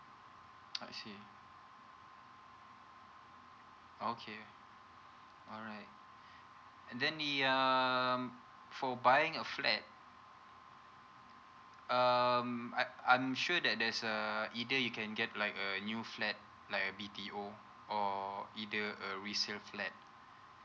I see okay alright and then the um for buying a flat um I'm I'm sure that there's a either you can get like a new flat like a B_T_O or either a resale flat